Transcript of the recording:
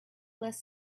less